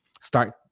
start